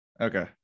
Okay